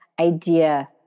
idea